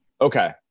Okay